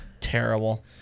terrible